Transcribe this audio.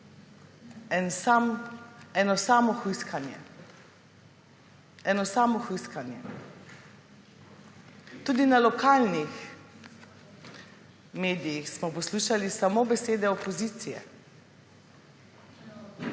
Eno samo hujskanje. Tudi na lokalnih medijih smo poslušali samo besede opozicije.